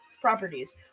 properties